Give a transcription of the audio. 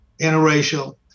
interracial